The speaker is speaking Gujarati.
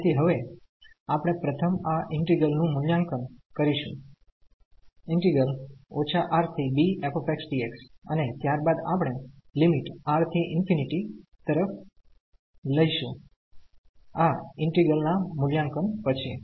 તેથી હવે આપણે પ્રથમ આ ઈન્ટિગ્રલનું મૂલ્યાંકન કરીશું Rbf dx અને ત્યારબાદ આપણે લિમિટ R થી ∞ તરફ લઈશું આ ઈન્ટિગ્રલ ના મૂલ્યાંકન પછી